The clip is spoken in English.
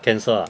cancel ah